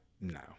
no